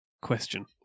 question